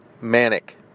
Manic